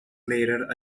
later